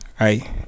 right